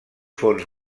fons